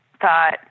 thought